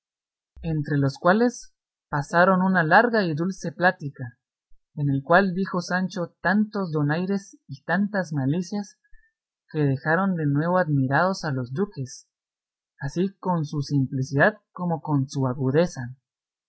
entre los cuales pasaron una larga y dulce plática en la cual dijo sancho tantos donaires y tantas malicias que dejaron de nuevo admirados a los duques así con su simplicidad como con su agudeza